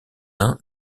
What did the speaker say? uns